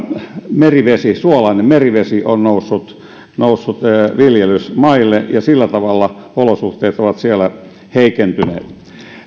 suolainen merivesi on noussut noussut viljelysmaille ja sillä tavalla olosuhteet ovat siellä heikentyneet